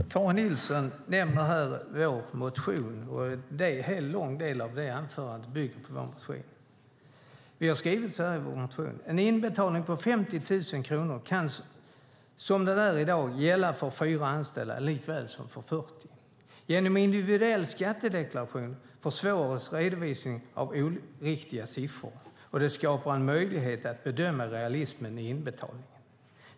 Fru talman! Karin Nilsson nämner vår motion. En stor del av anförandet bygger på vår motion. Vi har skrivit så här i motionen: En inbetalning på 50 000 kronor kan som det är i dag gälla för 4 anställda likaväl som för 40. Genom en individuell skattedeklaration försvåras redovisningen av oriktiga siffror. Det skapar möjlighet att bedöma realismen i inbetalningen.